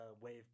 wave